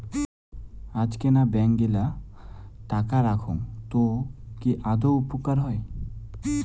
আজকেনা ব্যাঙ্ক গিলা টাকা রাখঙ তো কি আদৌ উপকার হই?